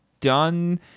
done